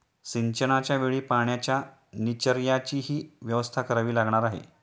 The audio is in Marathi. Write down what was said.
सिंचनाच्या वेळी पाण्याच्या निचर्याचीही व्यवस्था करावी लागणार आहे